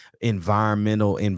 environmental